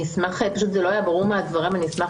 זה לא היה ברור מהדברים ואני אשמח